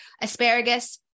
asparagus